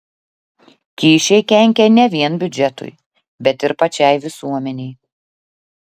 kyšiai kenkia ne vien biudžetui bet ir pačiai visuomenei